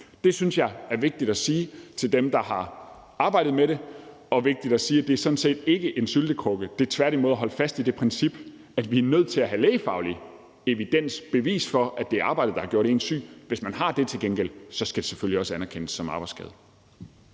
Det synes jeg er vigtigt at sige til dem, der har arbejdet med det, og det er vigtigt at sige, at det sådan set ikke er en syltekrukke. Det er tværtimod at holde fast i det princip, at vi er nødt til at have lægefaglig evidens og bevis for, at det er arbejdet, der har gjort en syg. Hvis man til gengæld har det, skal det selvfølgelig også anerkendes som en arbejdsskade.